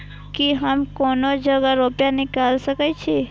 की हम कोनो जगह रूपया निकाल सके छी?